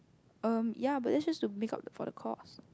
um ya but that's just to make up for the cost